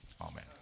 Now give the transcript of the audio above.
Amen